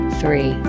three